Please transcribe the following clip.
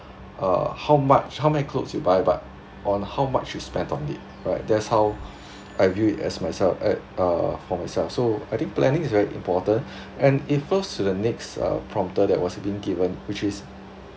uh how much how many clothes you buy but on how much you spend on it right that's how I view it as myself at uh for myself so I think planning is very important and it flows to the next uh prompter that was being given which is